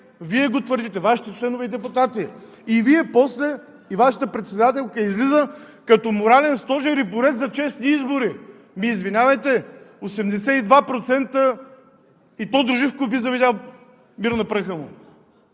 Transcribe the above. Вие го твърдите – Вашите членове и депутати! И Вашата председателка излиза като морален стожер и борец за честни избори! Ами извинявайте, 82% – и Тодор Живков би завидял, мир на праха му!